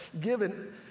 given